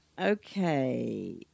Okay